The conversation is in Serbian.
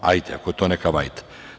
Hajde, ako je to neka vajda.